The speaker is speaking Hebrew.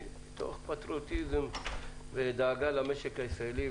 מתוך פטריוטיות ודאגה למשק הישראלי,